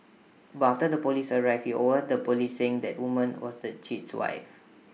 but after the Police arrived he overheard the Police saying the woman was the cheat's wife